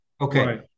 Okay